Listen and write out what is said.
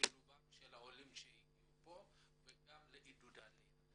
שילוב העולים שהגיעו לכאן וגם לעידוד העלייה.